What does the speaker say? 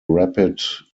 rapid